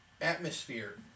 atmosphere